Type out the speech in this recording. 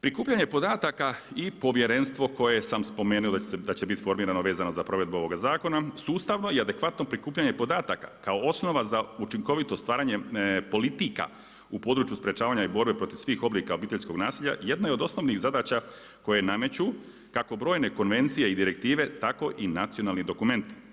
Prikupljanje podataka i povjerenstvo koje sam spomenuo da će se biti formirano vezano za provedbu ovog zakona, sustavno i adekvatno prikupljanje podataka kao osnova za učinkovito stvaranje politika u području sprečavanja i borbe protiv svih oblika obiteljskog nasilja jedna je od osnovnih zadaća koje nameću kako brojne konvencije i direktive tako i nacionalni dokument.